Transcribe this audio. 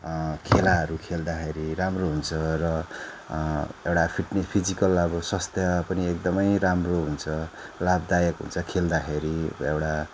खेलाहरू खेल्दाखेरि राम्रो हुन्छ र एउटा फिटने फिजिकल अब स्वास्थ्य पनि एकदमै राम्रो हुन्छ लाभदायक हुन्छ खेल्दाखेरि एउटा